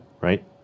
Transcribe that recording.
Right